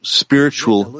spiritual